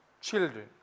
Children